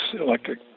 electric